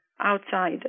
outside